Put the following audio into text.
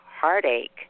heartache